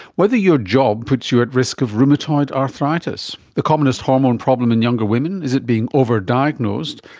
whether your job puts you at risk of rheumatoid arthritis. the commonest hormone problem in younger women, is it being over-diagnosed?